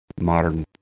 modern